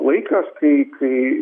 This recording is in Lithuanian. laikas kai kai